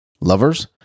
lovers